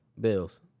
Bills